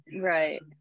Right